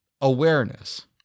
Awareness